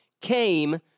came